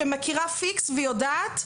שמכירה פיקס ויודעת,